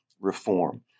reform